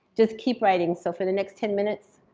just keep writing, so for the next ten minutes,